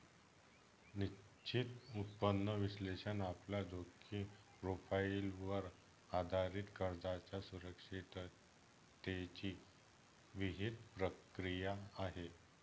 निश्चित उत्पन्न विश्लेषण आपल्या जोखीम प्रोफाइलवर आधारित कर्जाच्या सुरक्षिततेची विहित प्रक्रिया आहे